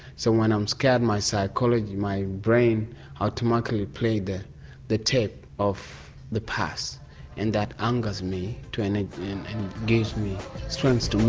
so when i'm scared, my psychology, my brain automatically play the the tape of the past and that angers me and gives me strength to